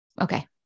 okay